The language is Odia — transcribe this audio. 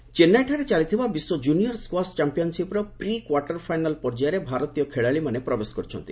ସ୍କାସ୍ ଚେନ୍ନାଇଠାରେ ଚାଲିଥିବା ବିଶ୍ୱ କୁନିୟର୍ ସ୍କ୍ୱାସ୍ ଚାମ୍ପିୟନ୍ସିପ୍ର ପ୍ରିକ୍ୱାର୍ଟର ଫାଇନାଲ୍ ପର୍ଯ୍ୟାୟରେ ଭାରତୀୟ ଖେଳାଳିମାନେ ପ୍ରବେଶ କରିଛନ୍ତି